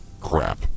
crap